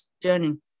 journey